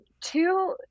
Two